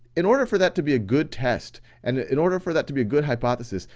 in order for that to be a good test and in order for that to be a good hypothesis,